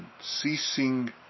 ceasing